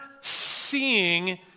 seeing